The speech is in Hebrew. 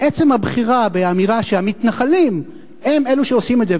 עצם הבחירה באמירה שהמתנחלים הם אלו שעושים את זה,